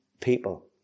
people